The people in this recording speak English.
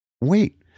Wait